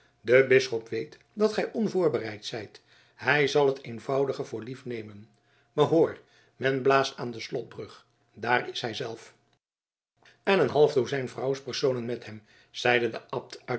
de bisschop weet dat gij onvoorbereid zijt hij zal het eenvoudige voor lief nemen maar hoor men blaast aan de slotbrug daar is hij zelf en een half dozijn vrouwspersonen met hem zeide de abt